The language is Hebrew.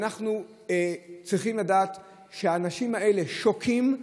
אנחנו צריכים לדעת שהאנשים האלה שוקעים,